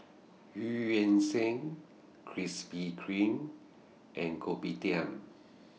EU Yan Sang Krispy Kreme and Kopitiam